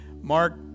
Mark